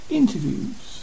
interviews